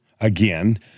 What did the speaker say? again